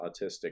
autistic